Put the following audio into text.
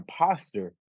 imposter